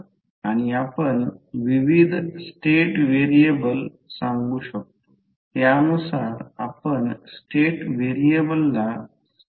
तर म्हणूनच आपल्याला आधी पाहावे लागेल म्हणजे याचा अर्थ असा होईल की म्युचुअल इण्डक्टन्स व्होल्टेज जनरेटरचे चिन्ह निगेटिव्ह असेल